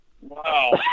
Wow